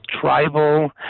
tribal